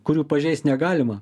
kurių pažeist negalima